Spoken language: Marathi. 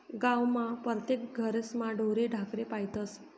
गावमा परतेक घरेस्मा ढोरे ढाकरे पायतस